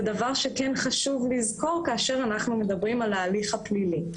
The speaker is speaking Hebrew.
זה דבר שכן חשוב לזכור כשאנחנו מדברים על ההליך הפלילי.